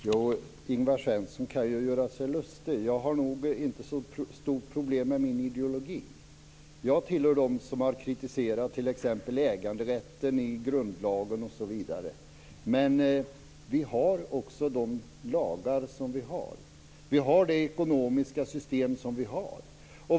Fru talman! Ingvar Svensson kan göra sig lustig. Jag har nog inte så stort problem med min ideologi. Jag hör till dem som har kritiserat t.ex. äganderätten i grundlagen. Men vi har de lagar som vi har, och vi har det ekonomiska system som vi har.